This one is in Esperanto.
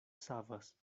savas